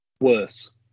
Worse